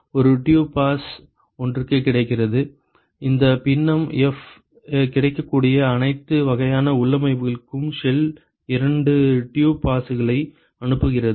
ஒரு tube pass ஒன்றுக்கு கிடைக்கிறது இந்த பின்னம் F கிடைக்கக்கூடிய அனைத்து வகையான உள்ளமைவுகளுக்கும் ஷெல் இரண்டு டியூப் பாஸ்களை அனுப்புகிறது